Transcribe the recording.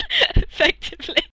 Effectively